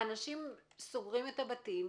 האנשים סוגרים את הבתים,